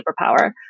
superpower